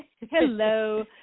hello